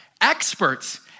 experts